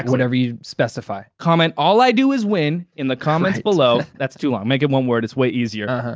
whatever you specify. comment, all i do is win, in the comments below. that's too long. make it one word. it's way easier.